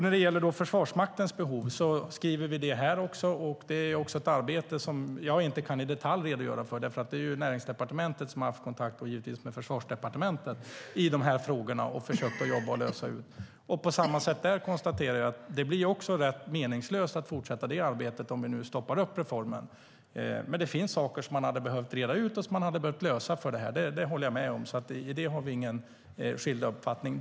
När det gäller Försvarsmaktens behov skriver vi också om det här. Det är ett arbete som jag inte i detalj kan redogöra för. Det är Näringsdepartementet som har haft kontakt med Försvarsdepartementet i de här frågorna och försökt att jobba och lösa det. På samma sätt konstaterar jag där att det blir rätt meningslöst att fortsätta det arbetet om vi nu stoppar reformen. Det finns saker som man hade behövt reda ut och lösa. Det håller jag med om. I det har vi ingen skild uppfattning.